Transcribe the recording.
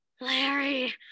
Larry